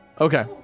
Okay